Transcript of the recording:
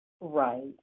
Right